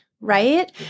Right